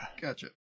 Gotcha